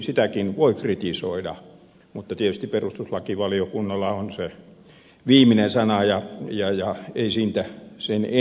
sitäkin voi kritisoida mutta tietysti perustuslakivaliokunnalla on se viimeinen sana ja ei siitä sen enempää